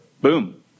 Boom